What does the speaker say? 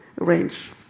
arrange